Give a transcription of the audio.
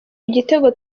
igitego